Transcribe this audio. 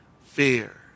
fear